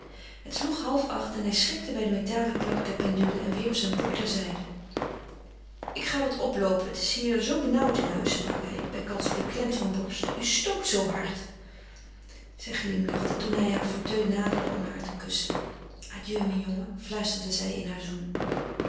het sloeg half acht en hij schrikte bij den metalen klank der pendule en wierp zijn boek ter zijde ik ga wat oploopen het is hier zoo benauwd in huis sprak hij bijkans beklemd van borst u stookt zoo hard zij glimlachte toen hij haar fauteuil naderde om haar te kussen adieu mijn jongen fluisterde zij in haar zoen